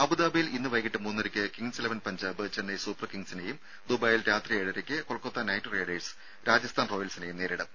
അബുദാബിയിൽ ഇന്ന് വൈകിട്ട് മൂന്നരയ്ക്ക് kings eleven Punjab Chennai super കിംഗ്സിനെയും ദുബായിൽ രാത്രി ഏഴരയ്ക്ക് കൊൽക്കത്ത നൈറ്റ് റൈഡേഴ്സ് രാജസ്ഥാൻ റോയൽസിനെയും നേരിടും